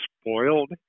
spoiled